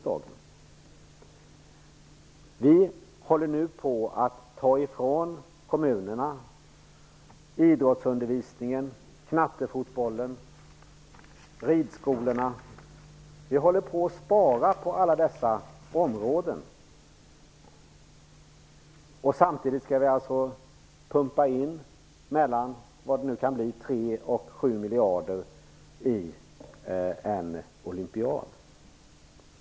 Vi håller nu på att ta ifrån kommunerna idrottsundervisningen, knattefotbollen och ridskolorna. Vi håller på att spara på alla dessa områden. Samtidigt skall vi alltså pumpa in 3--7 miljarder, eller vad det nu kan bli, i en olympiad.